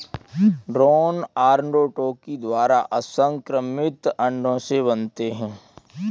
drone अर्नोटोकी द्वारा असंक्रमित अंडों से बढ़ते हैं